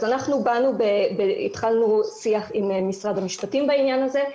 אנחנו באנו והתחלנו שיח עם משרד המשפטים בעניין הזה,